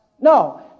No